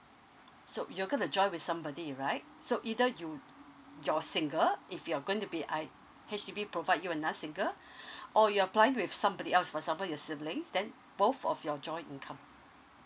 so you're gonna join with somebody right so either you your single if you're going to be I H_D_B provide you another single or you're applying with somebody else for example your siblings then both of your joint income